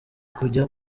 kujya